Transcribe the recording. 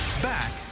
Back